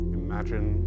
imagine